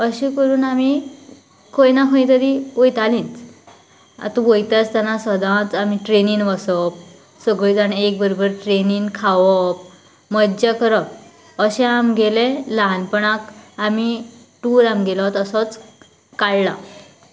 अशें करून आमी खंय ना खंय तरी वयतालीच आता वयता आसतना सदांच आमी ट्रेनीन वसप सगळीं जाण एक बरोबर ट्रेनीन खावप मज्जा करप अशें आमगेले ल्हानपणांत आमी टूर आमगेलो तसोच काडला